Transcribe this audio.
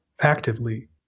actively